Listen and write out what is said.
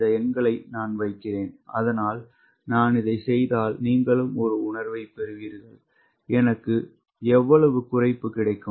இந்த எண்களை நான் வைக்கிறேன் அதனால் நான் இதைச் செய்தால் நீங்களும் ஒரு உணர்வைப் பெறுவீர்கள் எனக்கு எவ்வளவு குறைப்பு கிடைக்கும்